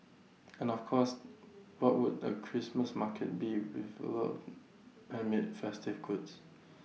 and of course what would A Christmas market be without lots of handmade festive goods